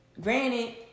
granted